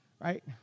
Right